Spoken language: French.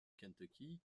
kentucky